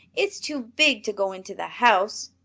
it's too big to go into the house.